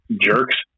jerks